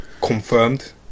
confirmed